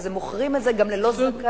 אז הם מוכרים את זה גם ללא זכאים,